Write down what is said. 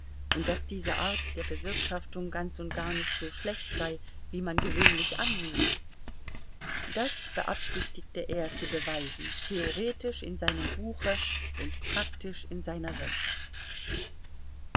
und daß diese art der bewirtschaftung ganz und gar nicht so schlecht sei wie man gewöhnlich annehme das beabsichtigte er zu beweisen theoretisch in seinem buche und praktisch in seiner wirtschaft